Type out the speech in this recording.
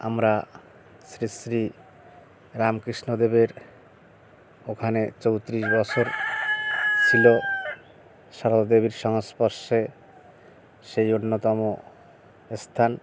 আমরা শ্রী শ্রী রামকৃষ্ণদেবের ওখানে চৌত্রিশ বছর ছিলো সারদা দেবীর সংস্পর্শে সেই অন্যতম এস্থান